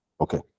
Okay